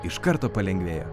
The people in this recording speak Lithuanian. iš karto palengvėjo